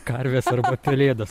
karvės arba pelėdos